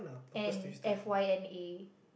and F_Y_N_A